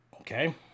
Okay